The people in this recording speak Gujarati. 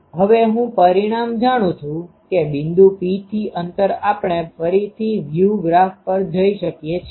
હવે હું પરિણામ જાણું છું કે બિંદુ P થી અંતર આપણે ફરીથી વ્યૂ ગ્રાફ પર જોઈ શકીએ છીએ